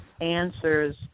answers